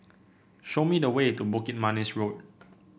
show me the way to Bukit Manis Road